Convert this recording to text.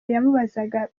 yamubazaga